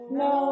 no